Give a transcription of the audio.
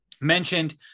mentioned